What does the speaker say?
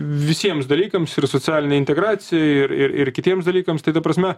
visiems dalykams ir socialinei integracijai ir ir ir kitiems dalykams tai ta prasme